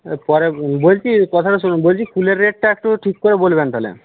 পরে বলছি কথাটা শুনুন বলছি ফুলের রেটটা একটু ঠিক করে বলবেন তাহলে